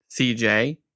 CJ